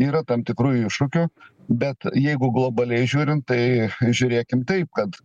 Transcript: yra tam tikrų iššūkių bet jeigu globaliai žiūrint tai žiūrėkim taip kad